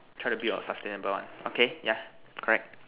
try to build a sustainable one okay yeah correct